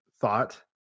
thought